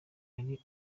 hari